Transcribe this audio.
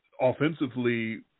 offensively